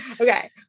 Okay